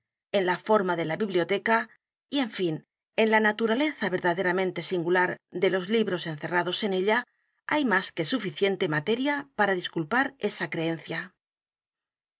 en la forma de la biblioteca y en fin en la naturaleza verdaderamente singular de los libros encerrados en ella hay más que suficiente materia p a r a disculpar esa creencia